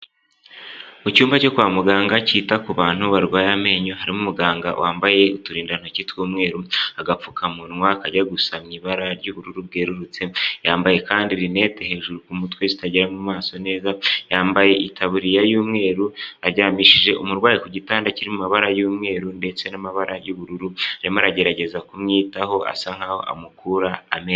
Mu cyumba cyo kwa muganga cyita ku bantu barwaye amenyo, harimo umuganga wambaye uturindantoki tw'umweru, agapfukamunwa kajya gusa mu ibara ry'ubururu bwerurutse, yambaye kandi rinenete hejuru ku mutwe zitagera mu maso neza, yambaye itabuririya y'umweru, aryamishije umurwayi ku gitanda kiri mu mabara y'umweru ndetse n'amabara y'ubururu, arimo aragerageza kumwitaho asa nk'aho amukura amenyo.